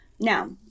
Now